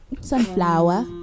Sunflower